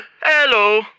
Hello